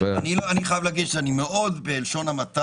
אני חייב להגיד שאני מאוד --- רגע,